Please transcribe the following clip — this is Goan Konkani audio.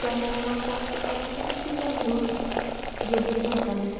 त्या वेळार हांव फक्त एकटेंच तिका घेवन जी एम सींत वतालें